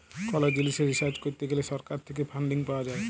call জিলিসে research করত গ্যালে সরকার থেক্যে ফান্ডিং পাওয়া যায়